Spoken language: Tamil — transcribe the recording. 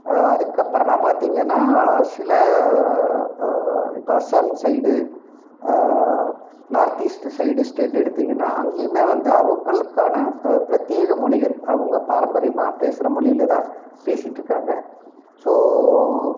அதுக்கப்புறமா பார்த்தீங்கன்னா சில இப்போ Assam side north east side state எடுத்திங்கனால் அங்கேயுமே வந்து அவங்களுக்கான பிரத்யேக மொழிகள் அவங்க பாரம்பரியமாக பேசுகிற மொழிலதான் பேசிகிட்ருக்காங்க ஸோ